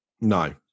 No